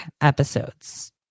episodes